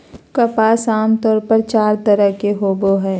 कपास आमतौर पर चार तरह के होवो हय